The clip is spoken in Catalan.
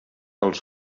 als